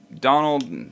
Donald